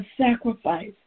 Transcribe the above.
sacrifice